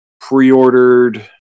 pre-ordered